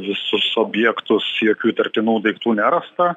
visus objektus jokių įtartinų daiktų nerasta